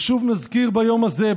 ושוב נזכיר ביום הזה,